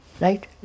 right